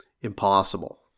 impossible